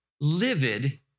livid